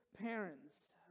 parents